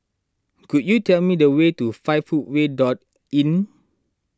could you tell me the way to five Footway dot Inn